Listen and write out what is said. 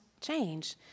change